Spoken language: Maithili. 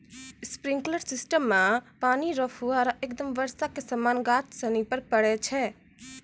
स्प्रिंकलर सिस्टम मे पानी रो फुहारा एकदम बर्षा के समान गाछ सनि पर पड़ै छै